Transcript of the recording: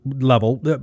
level